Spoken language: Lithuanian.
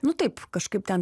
nu taip kažkaip ten